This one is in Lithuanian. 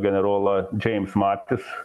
generolą džeims matis